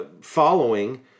following